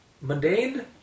Mundane